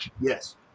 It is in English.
Yes